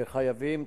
וחייבים,